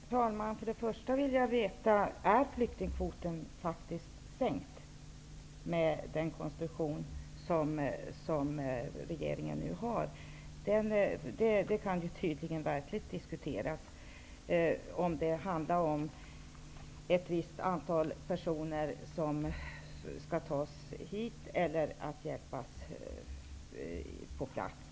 Herr talman! För det första vill jag veta om flyktingkvoten, med den konstruktion som regeringen nu har infört, faktiskt är sänkt. Det kan tydligtvis verkligen diskuteras huruvida det är ett visst antal personer som skall tas hit eller hjälpas på platsen.